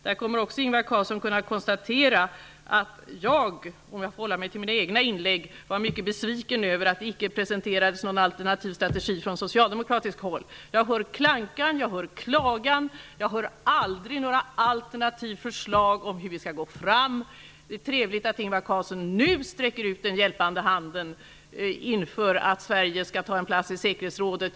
Där kommer han också att kunna konstatera att jag -- om jag får hålla mig till mina egna inlägg -- var mycket besviken över att det icke presenterades någon alternativ strategi från socialdemokratiskt håll. Jag hör klank och klagan, men jag hör aldrig några alternativa förslag om hur vi skall gå fram. Det är trevligt att Ingvar Carlsson nu sträcker ut den hjälpande handen inför möjligheten att Sverige skall ta en plats i säkerhetsrådet.